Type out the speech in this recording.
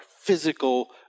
physical